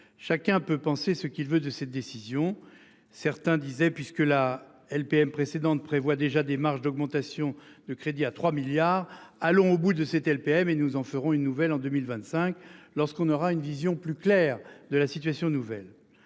chacun peut penser ce qu'il veut de cette décision. Certains disaient puisque la LPM précédente prévoit déjà des marges d'augmentation de crédits à 3 milliards, allons au bout de cette LPM et nous en ferons une nouvelle en 2025 lorsqu'on aura une vision plus claire de la situation nouvelle